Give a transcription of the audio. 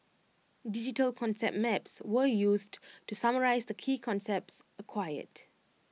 digital concept maps were used to summarise the key concepts acquired